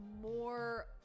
more